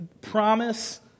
promise